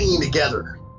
together